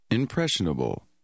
Impressionable